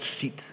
seat